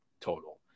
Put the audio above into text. total